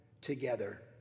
together